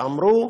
שאמרו: